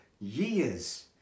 years